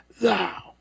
thou